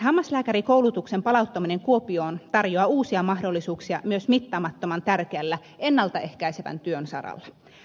hammaslääkärikoulutuksen palauttaminen kuopioon tarjoaa uusia mahdollisuuksia myös mittaamattoman tärkeällä ennalta ehkäisevän työn saralla